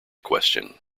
question